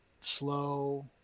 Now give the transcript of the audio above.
slow